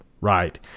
right